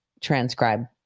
transcribe